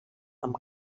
amb